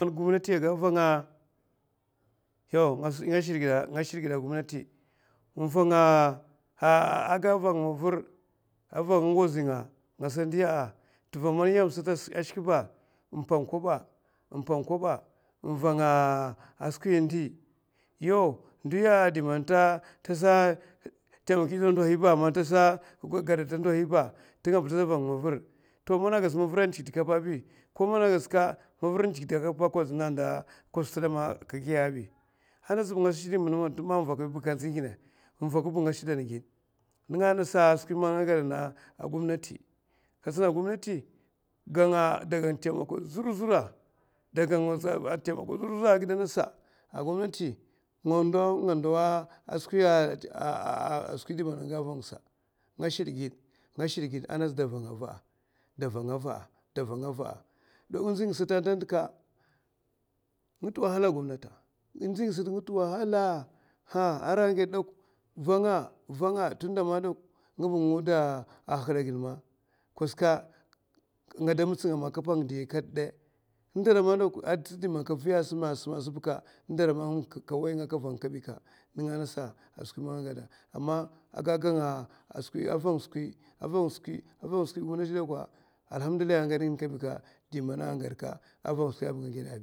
Skwi man gomnati avanga nga shid giè a skwi man nga ndiya avanga. a ngozi nga ata ndiya yau man yam sata ashikè ba, n'vaka a skwi ndi man a nga ndiya to ndohi man ta tèkè a ndo ko man agasa ko man n'dik dɗka ava ɓi a gasa ba, a ngasa ba ngasa shid gièè ginè ko ndo man n'vaka ɓi agasa ba, kadzi ginè nènga'aa ngasa a skwi man nga gaèana a gomnati ka tsina a gomnati da ganga tèmè. a huè zur zura. a huè zur zura a skwi man nga shidan giè a gomnati, da vanga ava, da vanga ava ndzi nga sata anta nga ntè wahala. agièa ngasa da vanga tunda nga ba. nga ba nga wuday hirkida ma